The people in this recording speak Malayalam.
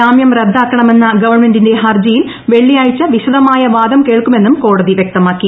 ജാമ്യം റദ്ദാക്കണമെന്ന ഗവൺമെന്റിന്റെ ഹർജിയിൽ വെളളിയാഴ്ച വിശദമായ വാദം കേൾക്കുമെന്നും കോടതി വ്യക്തമാക്കി